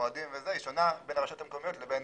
מועדים שונה בין הרשויות המקומיות לבין